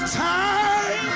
time